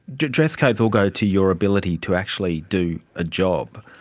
do dress codes all go to your ability to actually do a job,